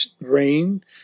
rain